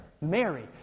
Mary